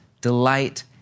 delight